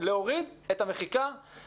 כלומר להוריד את המחיקה,